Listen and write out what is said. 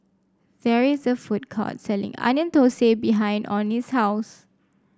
there is a food court selling Onion Thosai behind Omie's house